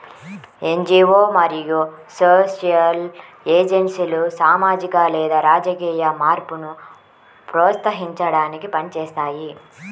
NGO మరియు social ఏజెన్సీలు సామాజిక లేదా రాజకీయ మార్పును ప్రోత్సహించడానికి పని చేస్తాయి